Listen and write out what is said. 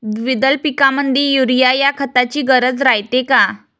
द्विदल पिकामंदी युरीया या खताची गरज रायते का?